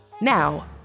Now